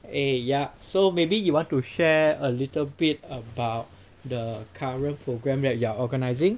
eh ya so maybe you want to share a little bit about the current program that you are organising